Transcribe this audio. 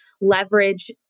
leverage